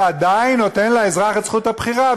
שעדיין נותן לאזרח את זכות הבחירה,